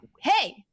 hey